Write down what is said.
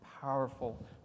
powerful